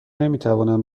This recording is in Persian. نمیتوانم